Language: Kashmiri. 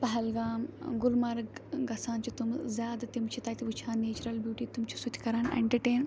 پہلگام گُلمرگ گژھان چھِ تِم زیادٕ تِم چھِ تَتہِ وُچھان نیچرَل بیٚوٹی تِم چھِ سُہ تہِ کَران ایٚنٹَرٹین